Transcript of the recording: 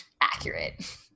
accurate